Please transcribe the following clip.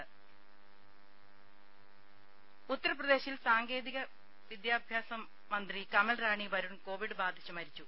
ദേദ ഉത്തർപ്രദേശിൽ സാങ്കേതിക വിദ്യാഭ്യാസ മന്ത്രി കമൽ റാണി വരുൺ കോവിഡ് ബാധിച്ച് മരിച്ചു